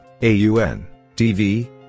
AUNTV